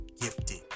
gifted